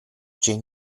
jane